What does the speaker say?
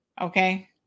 Okay